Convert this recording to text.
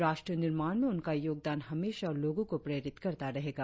राष्ट्र निर्माण में उनका योगदान हमेशा लोगों को प्रेरित करता रहेगा